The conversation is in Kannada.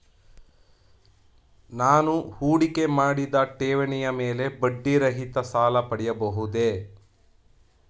ನಾನು ಹೂಡಿಕೆ ಮಾಡಿದ ಠೇವಣಿಯ ಮೇಲೆ ಬಡ್ಡಿ ರಹಿತ ಸಾಲ ಪಡೆಯಬಹುದೇ?